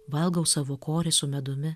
valgau savo korį su medumi